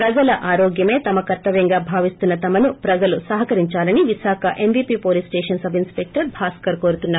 ప్రజల ఆరోగ్యమే తమ కర్తవ్యంగా భావిస్తున్న తమకు ప్రజలు సహకరిందాలని Visakha MVP police station sub inspector Bhaskar కోరుతున్నారు